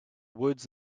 woods